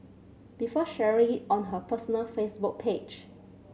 before sharing it on her personal Facebook page